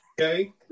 Okay